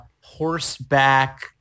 horseback